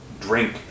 drink